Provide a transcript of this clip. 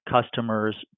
customers